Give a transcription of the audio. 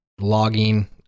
logging